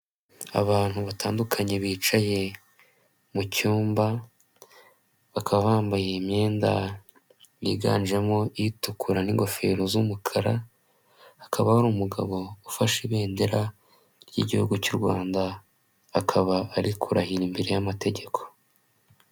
Abantu batandukanye bicaye mu cyumba, bakaba bambaye imyenda yiganjemo itukura n'ingofero z'umukara, hakaba hari umugabo ufashe ibendera ry'Igihugu cy'u Rwanda, akaba ari kurahira imbere y'amategeko.